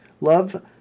Love